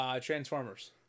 Transformers